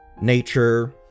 Nature